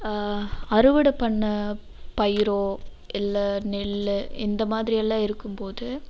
அறுவடை பண்ணிண பயிரோ இல்லை நெல் இந்த மாதிரி எல்லாம் இருக்கும்போது